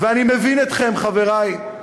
ואני מבין אתכם, חברי.